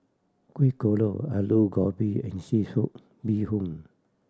Kueh Kodok Aloo Gobi and seafood bee hoon